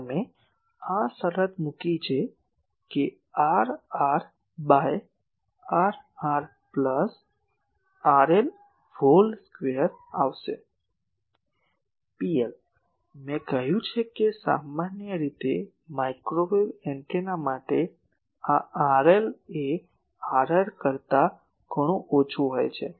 તમે આ શરત મૂકી છે કે આ Rr by Rr plus RL whole square આવશે PL મેં કહ્યું છે કે સામાન્ય રીતે માઇક્રોવેવ એન્ટેના માટે આ RL એ Rr કરતા ઘણું ઓછું હોય છે